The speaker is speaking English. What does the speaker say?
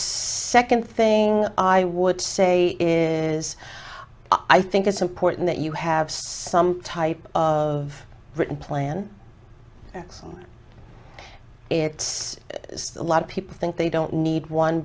thing i would say is i think it's important that you have some type of written plan it's a lot of people think they don't need one